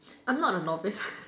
I'm not a novice